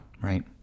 Right